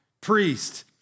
priest